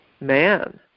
man